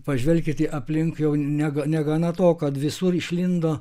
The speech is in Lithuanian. pažvelkit į aplink jau negu negana to kad visur išlindo